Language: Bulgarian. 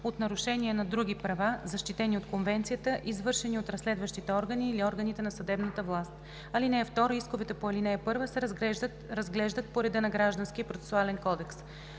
от нарушения на други права, защитени от Конвенцията, извършени от разследващите органи или органите на съдебната власт. (2) Исковете по ал. 1 се разглеждат по реда на Гражданския процесуален кодекс.